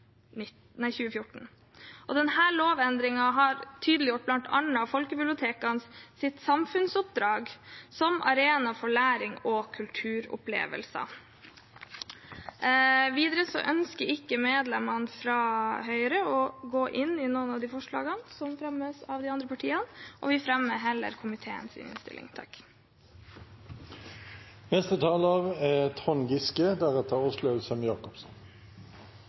2014. Denne lovendringen har tydeliggjort bl.a. folkebibliotekenes samfunnsoppdrag som arena for læring og kulturopplevelser. Videre ønsker ikke medlemmene fra Høyre å gå inn i noen av de forslagene som fremmes av de andre partiene; vi anbefaler heller komiteens innstilling. Det er